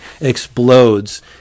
explodes